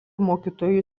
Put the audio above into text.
mokytojų